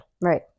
Right